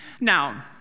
Now